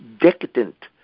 decadent